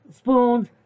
spoons